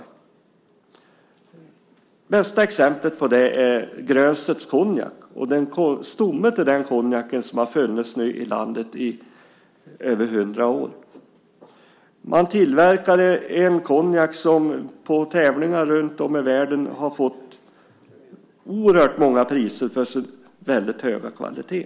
Det bästa exemplet på det är Grönstedts konjak och stommen till denna konjak som har funnits i landet i över 100 år. Man tillverkar en konjak som på tävlingar runtom i världen har fått oerhört många priser för sin väldigt höga kvalitet.